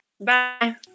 Bye